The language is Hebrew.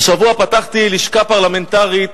השבוע פתחתי לשכה פרלמנטרית